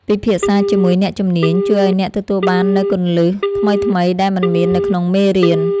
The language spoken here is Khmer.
ពិភាក្សាជាមួយអ្នកជំនាញជួយឱ្យអ្នកទទួលបាននូវគន្លឹះថ្មីៗដែលមិនមាននៅក្នុងមេរៀន។